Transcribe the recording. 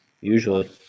Usually